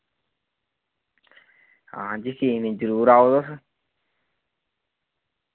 हां जी की नी जरूर आओ तुस